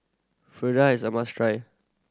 is a must try